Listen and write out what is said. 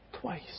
twice